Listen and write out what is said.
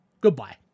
Goodbye